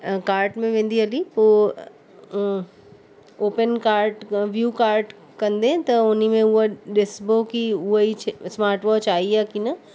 cart में वेंदी हली पोइ ओपन कार्ट में व्यू कार्ट कंदे त उनमें हूअ ॾिसबो की हूअ ई शइ स्मार्ट वॉच आई आहे की न